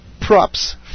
props